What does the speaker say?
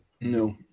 No